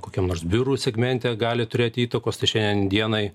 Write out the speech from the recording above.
kokiam nors biurų segmente gali turėti įtakos tai šiandien dienai